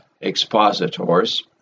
expositors